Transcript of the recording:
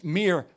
mere